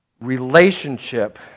relationship